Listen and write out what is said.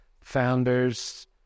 founders